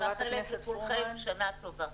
אני מאחלת לכולכם שנה טובה.